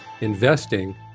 investing